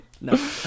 No